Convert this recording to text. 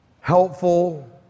helpful